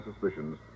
suspicions